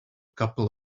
couple